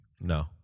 No